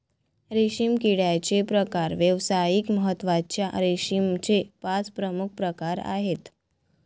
रेशीम किड्याचे प्रकार व्यावसायिक महत्त्वाच्या रेशीमचे पाच प्रमुख प्रकार आहेत